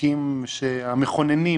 החוקים המכוננים